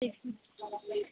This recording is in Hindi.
ठीक है